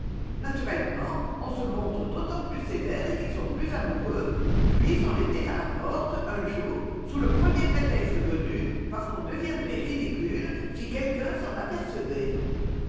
naturellement on se montre d'autant plus sévère qu'ils sont plus amoureux puis on les met li la porte un jour sous le premier prétexte venu parce qu'on deviendrait ridicule si quelqu'un s'en apercevait